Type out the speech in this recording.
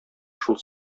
шул